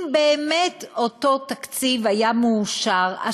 אם באמת אותו תקציב היה מאושר,